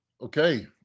Okay